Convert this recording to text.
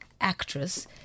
actress